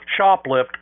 shoplift